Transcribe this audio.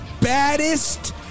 baddest